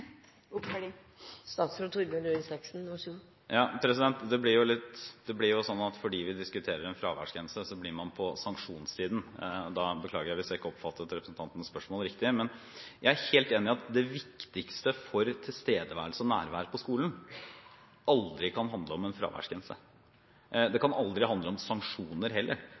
oppfølging. Det blir jo sånn at fordi vi diskuterer en fraværsgrense, så blir man på sanksjonssiden. Jeg beklager hvis jeg ikke oppfattet representantens spørsmål riktig, men jeg er helt enig i at det viktigste for tilstedeværelse og nærvær på skolen aldri kan handle om en fraværsgrense. Det kan aldri handle om sanksjoner heller.